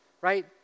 right